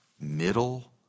middle